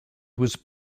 was